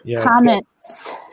Comments